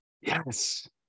Yes